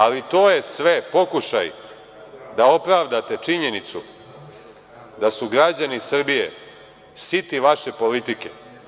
Ali, to je sve pokušaj da opravdate činjenicu da su građani Srbije siti vaše politike.